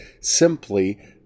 simply